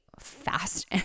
fast